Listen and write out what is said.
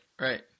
Right